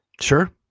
sure